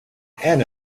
and